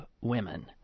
women